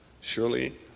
Surely